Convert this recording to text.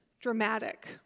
dramatic